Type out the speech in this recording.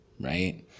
right